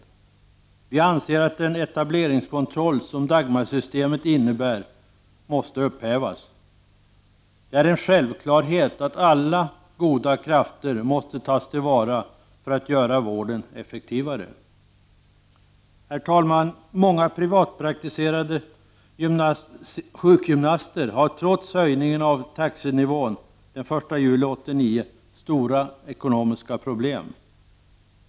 Vi anser att den etableringskontroll som Dagmarsystemet innebär måste upphävas. Det är en självklarhet att alla goda krafter måste tas till vara för att vården skall bli effektivare. Herr talman! Många privatpraktiserande sjukgymnaster har, trots höjningen av taxenivån den 1 juli 1989, stora ekonomiska problem.